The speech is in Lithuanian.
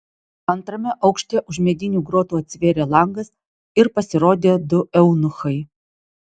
antrame aukšte už medinių grotų atsivėrė langas ir pasirodė du eunuchai